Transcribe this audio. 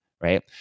right